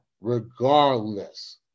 regardless